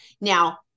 now